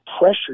pressure